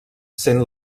sent